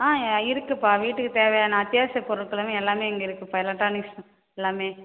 ஆ இருக்குதுப்பா வீட்டுக்குத் தேவையான அத்தியாவசியப் பொருள்கள்லாமே எல்லாமே இங்கே இருக்குதுப்பா எலெக்ட்ரானிக்ஸ் எல்லாமே